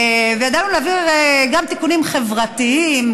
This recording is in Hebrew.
וידענו להעביר גם תיקונים חברתיים,